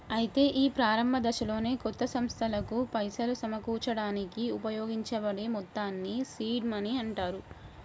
అయితే ఈ ప్రారంభ దశలోనే కొత్త సంస్థలకు పైసలు సమకూర్చడానికి ఉపయోగించబడే మొత్తాన్ని సీడ్ మనీ అంటారు